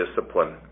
discipline